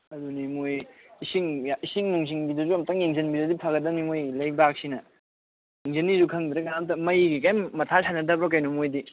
ꯑꯗꯨꯅꯤ ꯃꯣꯏ ꯏꯁꯤꯡ ꯁꯤꯡ ꯅꯨꯡꯁꯤꯡꯒꯤꯗꯨꯁꯨ ꯑꯃꯨꯛꯇꯪ ꯌꯦꯡꯁꯤꯟꯕꯤꯔꯗꯤ ꯐꯒꯗꯧꯅꯤ ꯃꯣꯏꯒꯤ ꯂꯩꯕꯥꯛꯁꯤꯅ ꯌꯦꯡꯁꯤꯟꯅꯦꯁꯨ ꯈꯪꯗ꯭ꯔꯦ ꯀꯅꯥꯝꯇ ꯃꯩꯒꯤ ꯀꯔꯤꯝ ꯃꯊꯥ ꯁꯥꯅꯗꯕ꯭ꯔꯥ ꯀꯔꯤꯅꯣ ꯃꯣꯏꯗꯤ